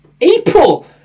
April